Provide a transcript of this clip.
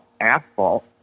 asphalt